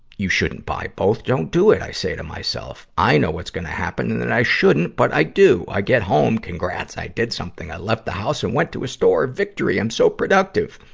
you shouldn't buy both don't do it i say to myself. i know what's gonna happen and that i shouldn't, but i do. i get home congrats, i did something! i left the house and went to a store. victory! i'm so productive!